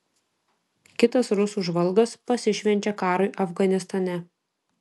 kitas rusų žvalgas pasišvenčia karui afganistane